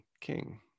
king